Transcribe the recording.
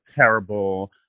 terrible